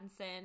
Pattinson